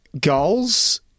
goals